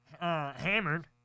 hammered